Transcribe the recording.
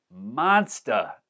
monster